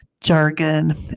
jargon